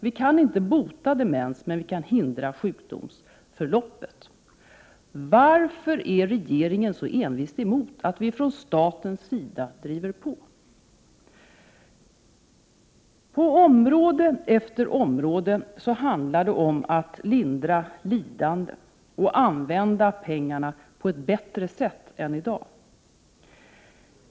Vi kan inte bota demens, men vi kan hindra sjukdomsförloppet. Varför är regeringen så envist emot att vi från statens sida driver på? På område efter område handlar det om att lindra lidande och använda pengarna på bättre sätt än i dag.